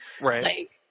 Right